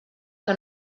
que